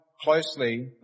closely